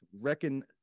reckon